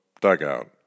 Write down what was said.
dugout